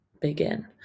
begin